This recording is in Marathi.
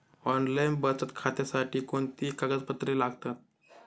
ऑनलाईन बचत खात्यासाठी कोणती कागदपत्रे लागतात?